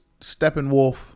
Steppenwolf